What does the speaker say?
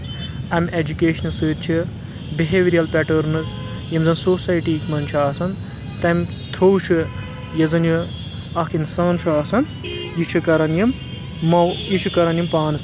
اَمہِ ایٚجُکیشنہٕ سۭتۍ چھُ بِہیوَریَل پیٹٲرنٕز یِم زَن سوسایٹی منٛز چھُ آسَان تَمہِ تھرٛوٗ چھُ یُس زَن یہِ اَکھ اِنسان چھُ آسَان یہِ چھُ کَرَان یِم مو یہِ چھُ کَرَان یِم پانَس منٛز